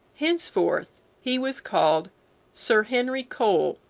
henceforth he was called sir henry cole,